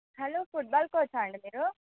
hello football కోచా అండి మీరు